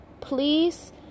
please